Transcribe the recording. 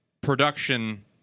production